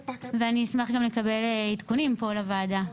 ואני אשמח גם לקבל עדכונים במסקנות פה לוועדה.